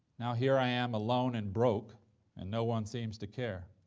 now here i am alone and broke and no one seems to care.